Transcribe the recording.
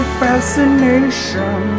fascination